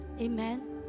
Amen